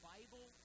Bible